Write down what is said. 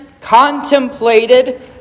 contemplated